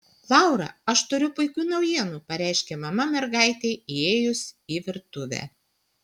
laura aš turiu puikių naujienų pareiškė mama mergaitei įėjus į virtuvę